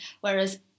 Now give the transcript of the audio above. whereas